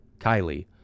Kylie